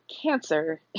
cancer